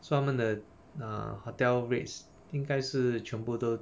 so 他们的 uh hotel rates 应该是全部都